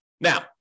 Now